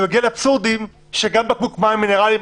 זה מגיע לאבסורדים שגם בקבוק מים מינרליים,